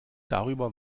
darüber